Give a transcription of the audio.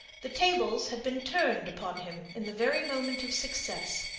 the tables had been turned upon him in the very moment of success.